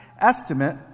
estimate